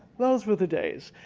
those were the days.